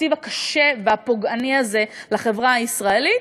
והתקציב הקשה והפוגעני הזה לחברה הישראלית,